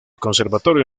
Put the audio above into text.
conservatorio